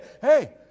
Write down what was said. hey